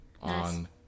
On